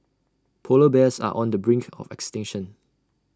Polar Bears are on the brink of extension